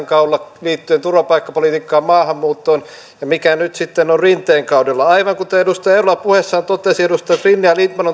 kaudella liittyen turvapaikkapolitiikkaan maahanmuuttoon ja sitä mikä nyt sitten on rinteen kaudella aivan kuten edustaja eerola puheessaan totesi edustajat rinne ja lindtman